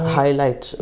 highlight